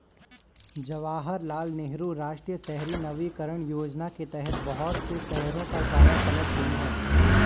जवाहरलाल नेहरू राष्ट्रीय शहरी नवीकरण योजना के तहत बहुत से शहरों की काया पलट हुई है